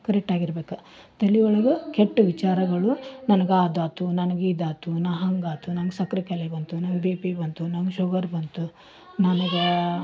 ಕರೆಕ್ಟಾಗಿರ್ಬೇಕು ತಲೆ ಒಳಗೆ ಕೆಟ್ಟ ವಿಚಾರಗಳು ನನ್ಗೆ ಅದಾತು ನನ್ಗೆ ಇದಾತು ನಾ ಹಂಗಾತು ನನ್ಗೆ ಸಕ್ಕರೆ ಕಾಯಿಲೆ ಬಂತು ನನ್ಗೆ ಬಿ ಪಿ ಬಂತು ನನ್ಗೆ ಶುಗರ್ ಬಂತು ನನ್ಗೆ